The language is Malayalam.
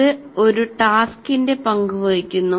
ഇത് ഒരു ടാസ്കിന്റെ പങ്ക് വഹിക്കുന്നു